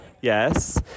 Yes